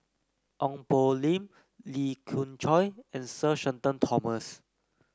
Ong Poh Lim Lee Khoon Choy and Sir Shenton Thomas